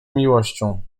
miłością